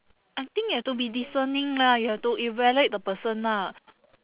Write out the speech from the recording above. I think you have to be discerning lah you have to evaluate the person lah